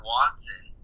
Watson